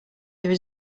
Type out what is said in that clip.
there